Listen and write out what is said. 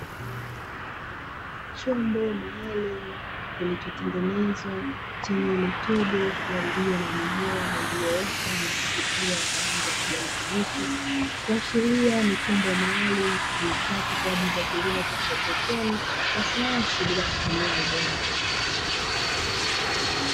Chombo maalumu kilichotengenezwa chenye matobo yaliyo na mimea iliyoota na kuchipua kwa rangi ya kijani kibichi, kuashiria ni chombo maalumu kitumikacho kwa ajili ya kilimo cha haidroponi ya sayansi bila kutumia udongo.